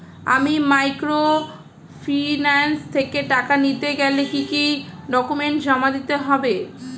আমি মাইক্রোফিন্যান্স থেকে টাকা নিতে গেলে কি কি ডকুমেন্টস জমা দিতে হবে?